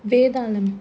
வேதாளம்:vaedhaalam